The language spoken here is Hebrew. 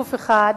בגוף אחד,